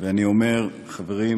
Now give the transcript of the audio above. ואני אומר: חברים,